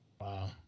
Wow